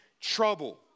trouble